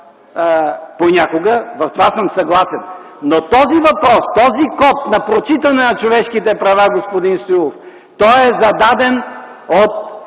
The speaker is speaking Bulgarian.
понякога. С това съм съгласен. Но този въпрос, този код на прочитане на човешките права, господин Стоилов, е зададен от